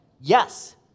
yes